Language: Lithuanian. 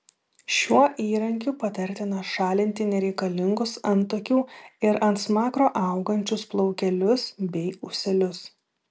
šiuo įrankiu patartina šalinti nereikalingus antakių ir ant smakro augančius plaukelius bei ūselius